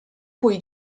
cui